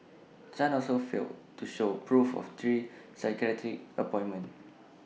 chan also failed to show proof of three psychiatric appointments